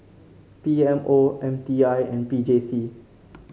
P M O M T I and P J C